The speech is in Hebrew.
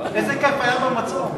איזה כיף היה במצור.